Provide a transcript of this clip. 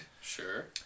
Sure